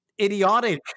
idiotic